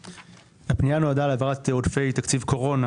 הפנייה נועדה להעברת עודפי תקציב קורונה